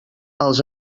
als